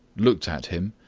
looked at him,